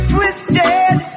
Twisted